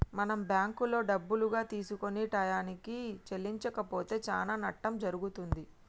మనం బ్యాంకులో డబ్బులుగా తీసుకొని టయానికి చెల్లించకపోతే చానా నట్టం జరుగుతుంది